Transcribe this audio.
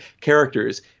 characters